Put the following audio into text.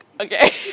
okay